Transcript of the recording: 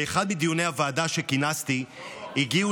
באחד מדיוני הוועדה שכינסתי הגיעו